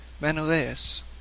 Menelaus